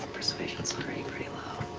persuasion's already pretty low.